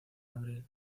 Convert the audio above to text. abril